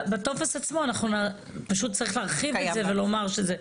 בטופס עצמו, פשוט צריך להרחיב את זה ולומר שזה.